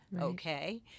okay